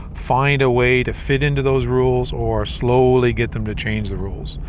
find a way to fit into those rules, or slowly get them to change the rules.